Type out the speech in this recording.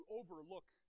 overlook